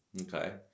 Okay